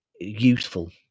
useful